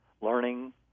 learning